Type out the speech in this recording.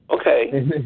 Okay